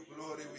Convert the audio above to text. glory